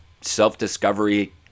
self-discovery